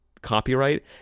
Copyright